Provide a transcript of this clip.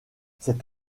cet